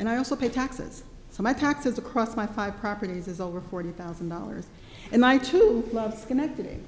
and i also pay taxes so my taxes across my five properties is over forty thousand dollars and my true love connected